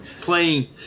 playing